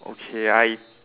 okay I